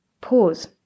pause